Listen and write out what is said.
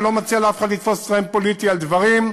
ואני לא מציע לאף אחד לתפוס טרמפ פוליטי על דברים.